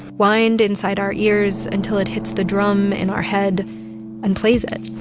wind inside our ears until it hits the drum in our head and plays it.